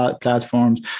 platforms